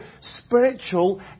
spiritual